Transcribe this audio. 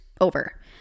over